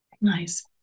Nice